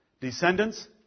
Descendants